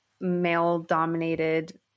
male-dominated